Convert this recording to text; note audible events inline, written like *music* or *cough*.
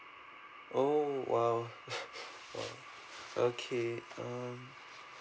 oh !wow! *laughs* okay um